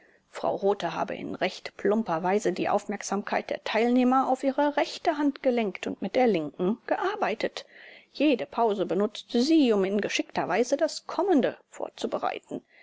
frau rothe habe in recht plumper weise die aufmerksamkeit der teilnehmer auf ihre rechte hand gelenkt und mit der linken gearbeitet jede pause benutzte sie um in geschickter weise das kommende vorzubereiten